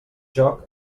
joc